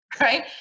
Right